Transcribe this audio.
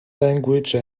language